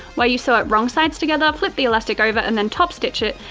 where you sew it wrong sides together, flip the elastic over and then top-stitch it,